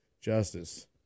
justice